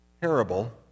parable